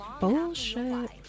Bullshit